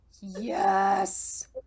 Yes